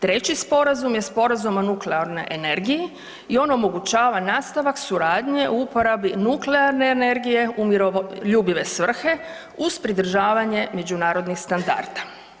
Treći sporazum je Sporazum o nuklearnoj energiji i on omogućava nastavak suradnje u uporabi nuklearne energije u miroljubive svrhe uz pridržavanje međunarodnih standarda.